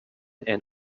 and